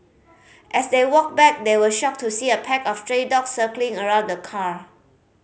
as they walked back they were shocked to see a pack of stray dogs circling around the car